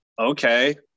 okay